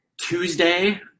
Tuesday